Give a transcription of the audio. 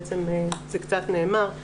בעצם זה קצת נאמר,